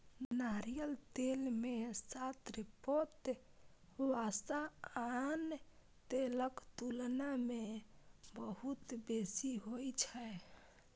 नारियल तेल मे संतृप्त वसा आन तेलक तुलना मे बहुत बेसी होइ छै